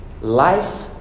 Life